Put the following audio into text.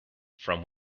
from